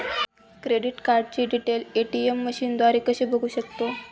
Credit कार्डचे details ATM मशीनद्वारे कसे बघू शकतो?